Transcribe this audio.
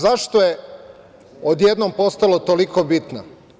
Zašto je odjednom postala toliko bitna?